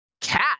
cat